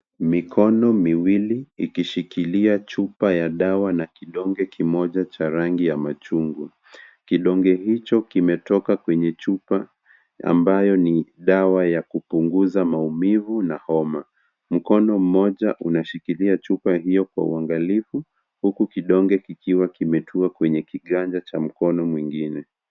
Mikono miwili ikishikilia chupa ya dawa na kidonge kimoja cha rangi ya machungwa. Kidonge hicho kimetoka kwenye chupa ambayo ni dawa ya kupunguza maumivu na homa. Mkono mmoja unashikilia chupa hiyo kwa uangalifu, huku kidonge kikiwa kimetua kwenye kiganja cha mkono mwengine.